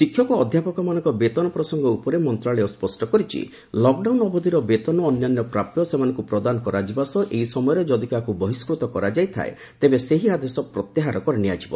ଶିକ୍ଷକ ଓ ଅଧ୍ୟାପକମାନଙ୍କ ବେତନ ପ୍ରସଙ୍ଗ ଉପରେ ମନ୍ତ୍ରଣାଳୟ ସ୍ୱଷ୍ଟ କରିଛି ଲକ୍ଡାଉନ ଅବଧିର ବେତନ ଓ ଅନ୍ୟାନ୍ୟ ପ୍ରାପ୍ୟ ସେମାନଙ୍କୁ ପ୍ରଦାନ କରାଯିବା ସହ ଏହି ସମୟରେ ଯଦି କାହାକୁ ବହିଷ୍କୃତ କରାଯାଇଥାଏ ତେବେ ସେହି ଆଦେଶ ପ୍ରତ୍ୟାହାର କରିନିଆଯିବ